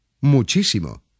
Muchísimo